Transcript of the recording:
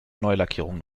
neulackierung